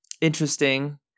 interesting